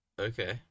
Okay